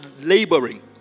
laboring